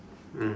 mm